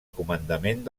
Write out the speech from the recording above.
comandament